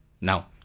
Now